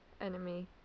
enemy